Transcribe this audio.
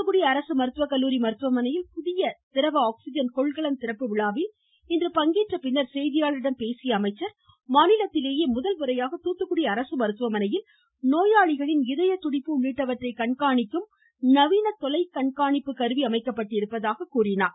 தூத்துகுடி அரசு மருத்துவ கல்லூரி மருத்துவமனையில் புதிய திரவ ஆக்சிஜன் கொள்கலன் திறப்பு விழாவில் பங்கேற்ற பின்னர் செய்தியாளரிடம் பேசிய அவர் மாநிலத்திலேயே முதல்முறையாக துாத்துகுடி அரசு மருத்துவமனையில் நோயாளிகளின் இதயத்துடிப்பு உள்ளிட்டவற்றை கண்காணிக்கும் நவீன தொலைக்கண்காணிப்பு கருவி அமைக்கப்பட்டிருப்பதாக தெரிவித்தார்